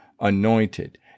anointed